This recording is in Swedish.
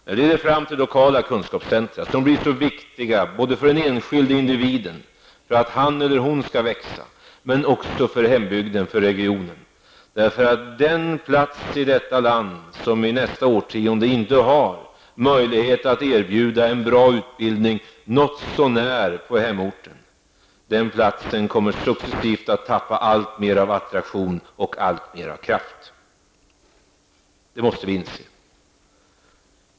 Detta leder fram till lokala kunskapscentra som blir så viktiga både för att den enskilde individen skall kunna växa och för hembygden och regionen. Den plats i detta land som i nästa årtionde inte har möjlighet att erbjuda en bra utbildning något så när på hemorten, kommer successivt att tappa alltmer av attraktion och kraft. Det måste vi inse.